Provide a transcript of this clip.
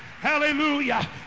Hallelujah